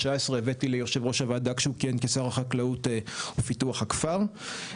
הבאתי ליושב ראש הוועדה שכיהן כשר החקלאות ופיתוח הכפר.